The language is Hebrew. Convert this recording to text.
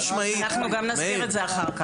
אנחנו גם נזכיר את זה אחר כך.